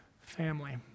family